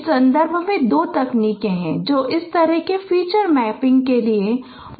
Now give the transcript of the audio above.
इस विशेष संदर्भ में दो तकनीकें हैं जो इस तरह के फीचर मैचिंग के लिए बहुत लोकप्रिय हैं